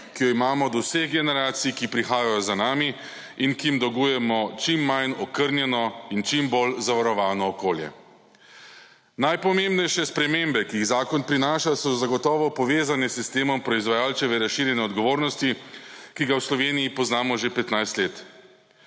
ki jo imamo od vseh generacij, ki prihajajo za nami in ki jim dolgujemo čim manj okrnjeno in čim bolj zavarovano okolje. Najpomembnejše spremembe, ki jih zakon prinaša, so zagotovo povezane s sistem proizvajalčeve razširjene odgovornosti, ki ga v Sloveniji poznamo že 15 let.